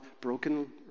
broken